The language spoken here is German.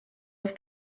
auf